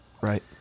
Right